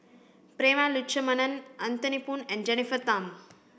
Prema Letchumanan Anthony Poon and Jennifer Tham